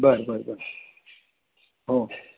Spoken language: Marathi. बरं बरं बरं हो